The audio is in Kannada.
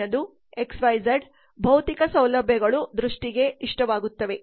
ಮುಂದಿನದು ಎಕ್ಸ್ ವೈ ಝಡ್ಭೌತಿಕ ಸೌಲಭ್ಯಗಳು ದೃಷ್ಟಿಗೆ ಇಷ್ಟವಾಗುತ್ತವೆ